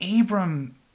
Abram